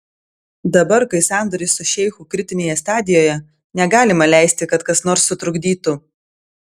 dabar kai sandoris su šeichu kritinėje stadijoje negalima leisti kad kas nors sutrukdytų